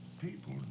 people